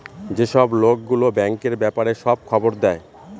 যেসব লোক গুলো ব্যাঙ্কের ব্যাপারে সব খবর দেয়